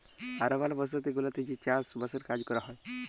আরবাল বসতি গুলাতে যে চাস বাসের কাজ ক্যরা হ্যয়